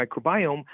microbiome